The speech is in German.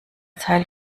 teil